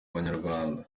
banyarwanda